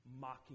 mocking